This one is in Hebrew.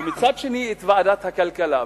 ומצד שני את ועדת הכלכלה,